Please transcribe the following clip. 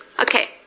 Okay